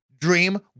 Dream